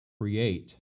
create